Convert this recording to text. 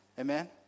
Amen